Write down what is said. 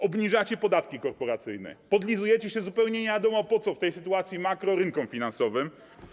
Obniżacie podatki korporacyjne, podlizujecie się, zupełnie nie wiadomo po co w tej sytuacji makro, rynkom finansowym.